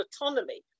autonomy